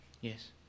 Yes